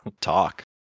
talk